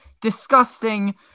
disgusting